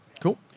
Cool